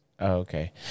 okay